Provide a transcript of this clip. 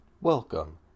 Welcome